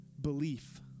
belief